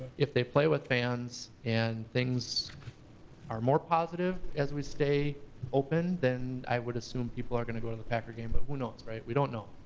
if they play with fans, and things are more positive as we stay open, then i would assume people are gonna go to the packer game. but who knows, right, we don't know.